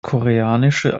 koreanische